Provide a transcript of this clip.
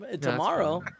Tomorrow